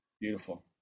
Beautiful